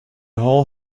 whole